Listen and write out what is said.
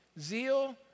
Zeal